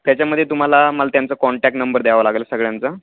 त्याच्यामध्ये तुम्हाला मला त्यांचा कॉन्टॅक्ट नंबर द्यावं लागेल सगळ्यांचा